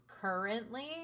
currently